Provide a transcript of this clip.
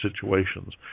situations